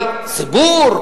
אבל ציבור?